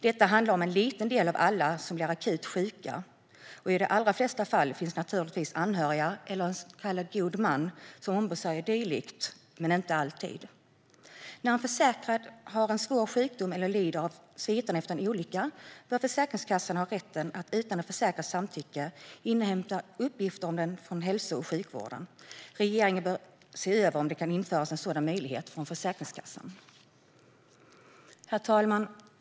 Detta handlar om en liten del av alla som blir akut sjuka, och i de allra flesta fall finns det anhöriga eller en så kallad god man som ombesörjer dylikt. Men så är det inte alltid. När en försäkrad har en svår sjukdom eller lider av sviterna efter en olycka bör Försäkringskassan ha rätt att utan den försäkrades samtycke inhämta uppgifter från hälso och sjukvården. Regeringen bör se över om en sådan möjlighet kan införas för Försäkringskassan. Herr talman!